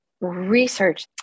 research